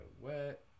wet